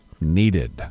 needed